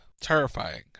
Terrifying